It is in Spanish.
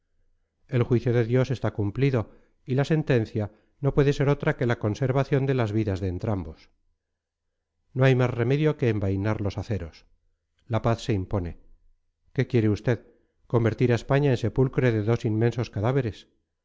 el juicio de dios está cumplido y la sentencia no puede ser otra que la conservación de las vidas de entrambos no hay más remedio que envainar los aceros la paz se impone qué quiere usted convertir a españa en sepulcro de dos inmensos cadáveres